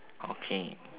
okay